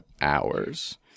hours